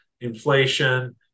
inflation